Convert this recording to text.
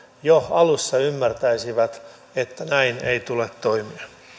jo alussa ymmärtäisivät että näin ei tule toimia